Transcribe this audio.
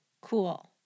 Cool